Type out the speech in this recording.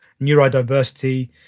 neurodiversity